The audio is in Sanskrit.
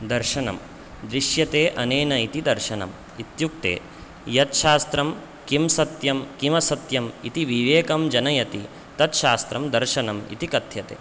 दर्शनं दृश्यते अनेन इति दर्शनम् इत्युक्ते यत्शास्त्रं किं सत्यं किमसत्यम् इति विवेकं जनयति तत्शास्त्रं दर्शनम् इति कथ्यते